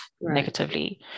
negatively